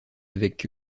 avec